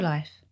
Life